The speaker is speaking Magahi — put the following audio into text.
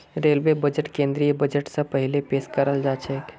रेलवे बजटक केंद्रीय बजट स पहिले पेश कराल जाछेक